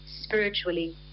spiritually